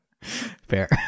Fair